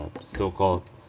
so-called